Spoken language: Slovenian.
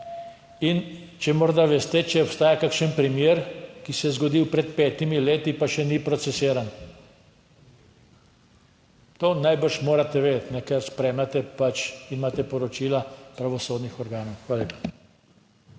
In če morda veste, če obstaja kakšen primer, ki se je zgodil pred petimi leti, pa še ni procesiran. To najbrž morate vedeti, ker spremljate, pač, imate poročila pravosodnih organov. Hvala lepa.